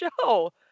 show